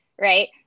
right